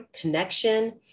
connection